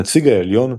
הנציג העליון,